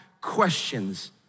questions